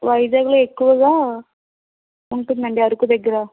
వైజాగ్లో ఎక్కువగా ఉంటుందండి అరకు దగ్గర